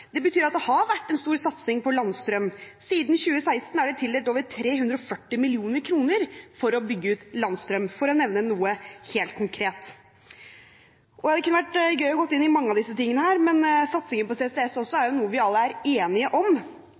Det betyr at det har vært en stor satsing på landstrøm – siden 2016 er det tildelt over 340 mill. kr for å bygge ut landstrøm, for å nevne noe helt konkret. Det kunne vært gøy å gå inn i mange av disse tingene, men også satsingen på CCS er noe vi alle er enige om.